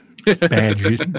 Badges